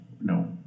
no